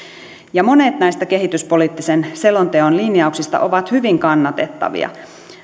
monet näistä kehityspoliittisen selonteon linjauksista ovat hyvin kannatettavia